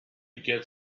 get